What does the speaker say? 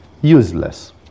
useless